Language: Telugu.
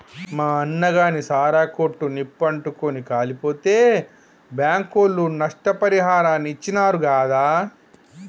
మా అన్నగాని సారా కొట్టు నిప్పు అంటుకుని కాలిపోతే బాంకోళ్లు నష్టపరిహారాన్ని ఇచ్చినారు గాదా